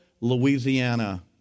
Louisiana